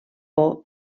por